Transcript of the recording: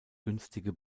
günstige